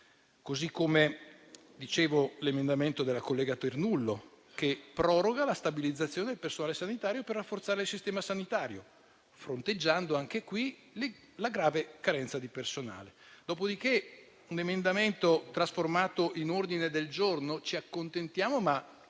stesso vale per l'emendamento della collega Ternullo, che proroga la stabilizzazione del personale sanitario, per rafforzare il sistema sanitario, fronteggiando anche in questo caso la grave carenza di personale. Dopodiché, cito un emendamento trasformato in ordine del giorno: ci accontentiamo, ma